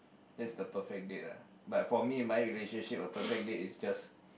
that's the perfect date lah but for me in my relationship a perfect date is just